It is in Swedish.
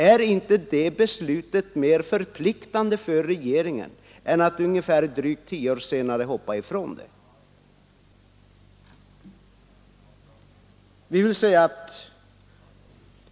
Är inte det beslutet mer förpliktande för regeringen än att man nu tio år efteråt är beredd att gå ifrån det?